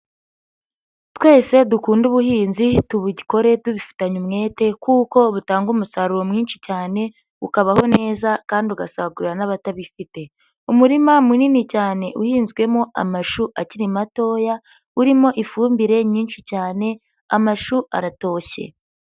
Twese dukunde ubuhinzi tubukore tubifitanye umwete kuko butanga umusaruro mwinshi cyane ukabaho neza kandi ugasagura n'abatabifite, umurima munini cyane uhinzwemo amashu akiri matoya, urimo ifumbire nyinshi cyane amashu aratoshye.